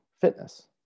fitness